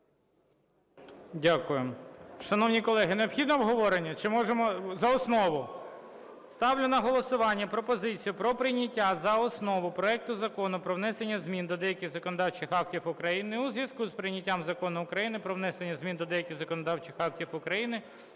Дякую. Шановні колеги, необхідно обговорення чи можемо за основу? Ставлю на голосування пропозицію про прийняття за основу проекту Закону про внесення змін до деяких законодавчих актів України у зв'язку з прийняттям Закону України "Про внесення змін до деяких законодавчих актів України